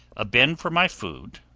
a bin for my food,